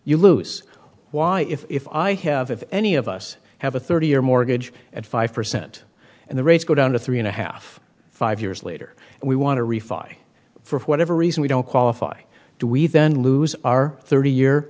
you lose why if i have if any of us have a thirty year mortgage at five percent and the rates go down to three and a half five years later and we want to refile for whatever reason we don't qualify do we then lose our thirty year